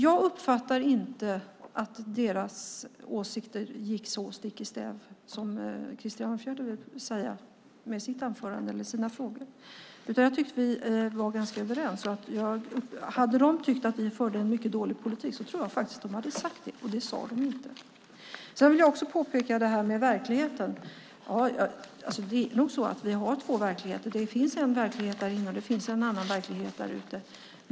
Jag uppfattar inte att deras åsikter gick så stick i stäv med våra som Krister Örnfjäder vill säga med sina frågor. Jag tyckte att vi var överens. Om de hade tyckt att vi för en dålig politik tror jag faktiskt att de hade sagt det, och de sade inte det. Jag vill också ta upp frågan om verkligheten. Det är nog så att vi har två verkligheter. Det finns en verklighet här inne, och det finns en annan verklighet där ute.